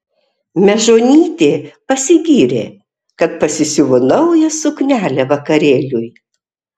mežonytė pasigyrė kad pasisiuvo naują suknelę vakarėliui